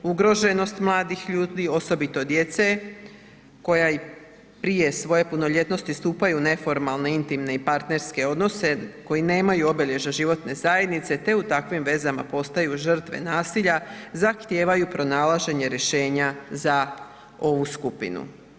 Ugroženost mladih ljudi osobito djece koja i prije svoje punoljetnosti stupaju u neformalne intimne i partnerske odnose koji nema obilježja životne zajednice te u takvim vezama postaju žrtve nasilja zahtijevaju pronalaženje rješenja za ovu skupinu.